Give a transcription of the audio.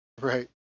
Right